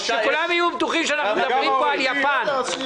כולם יהיו בטוחים שאנחנו מדברים פה על יפן.